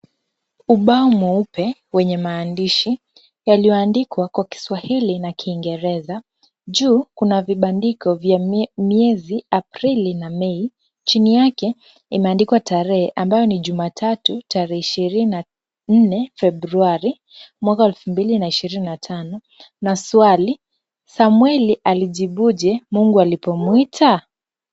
Ubao mweupe wenye maandishi yaliyoandikwa kwa kiswahili na kiingereza ,juu Kuna vibandiko vya miezi, Aprili na Mei, chini yake imeandikwa tarehe ambayo ni jumatatu tarehe ishirini na nne Februari mwaka wa elfu mbili ishirini na tano na swali,"Samueli aljibuje Mungu alipomwita?"